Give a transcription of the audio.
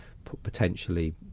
potentially